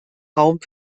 raum